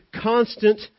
constant